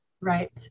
Right